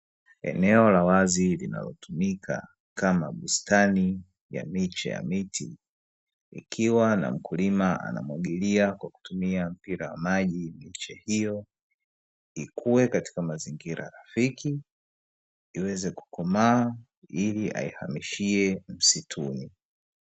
Eneo la wazi linalotumika kama bustani ya miche ya miti, ikiwa na mkulima anamwagilia kwa kutumia mpira wa maji, miche hiyo ikue katika mazingira rafiki iweze kukomaa, ili ayahamishie msituni.